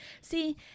See